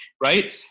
Right